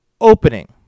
opening